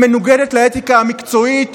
היא מנוגדת לאתיקה המקצועית,